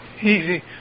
easy